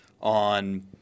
on